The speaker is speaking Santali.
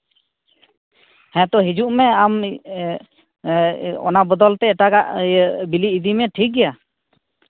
ᱦᱮᱸᱛᱚ ᱦᱤᱡᱩᱜ ᱢᱮ ᱟᱢ ᱚᱱᱟ ᱵᱚᱫᱚᱞ ᱛᱮ ᱮᱴᱟᱜᱟᱜ ᱤᱭᱟᱹ ᱵᱤᱞᱤ ᱤᱫᱤᱢᱮ ᱴᱷᱤᱠ ᱜᱮᱭᱟ